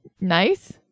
Nice